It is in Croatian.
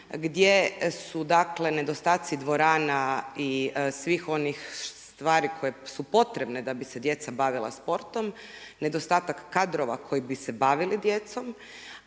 gdje su nedostaci dvorana i svih onih stvari koje su potrebne da bi se djeca bavila sportom, nedostatak kadrova koji bi se bavili djecom,